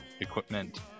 equipment